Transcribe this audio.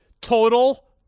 total